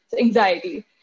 anxiety